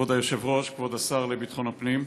כבוד היושב-ראש, כבוד השר לביטחון הפנים,